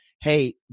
hey